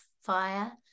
fire